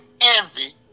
envy